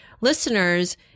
listeners